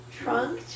trunk